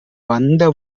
வந்த